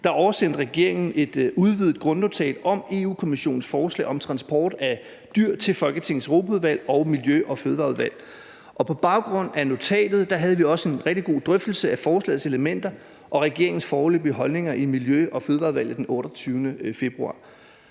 2024 oversendte regeringen et udvidet grundnotat om Europa-Kommissionens forslag om transport af dyr til Folketingets Europaudvalg og Miljø- og Fødevareudvalg. Og på baggrund af notatet havde vi også en rigtig god drøftelse af forslagets elementer og regeringens foreløbige holdninger i Miljø- og Fødevareudvalget den 28. februar.